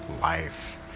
life